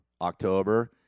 October